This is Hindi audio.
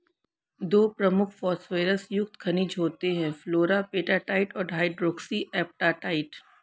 दो प्रमुख फॉस्फोरस युक्त खनिज होते हैं, फ्लोरापेटाइट और हाइड्रोक्सी एपेटाइट